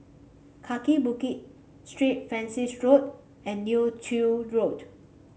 Kaki Bukit Street Francis Road and Neo Tiew Road